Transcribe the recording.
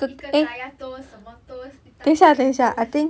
一个 kaya toast 什么 toast 一大堆 toast